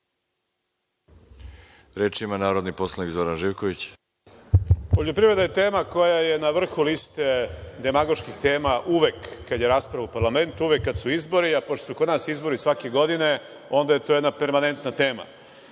Reč ima narodni poslanik Zoran Živković. **Zoran Živković** Poljoprivreda je tema koji je na vrhu liste demagoških tema uvek kada je rasprava u parlamentu, uvek kada su izbori. Pošto su kod nas izbori svake godine, onda je to jedna permanentna tema.